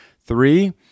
three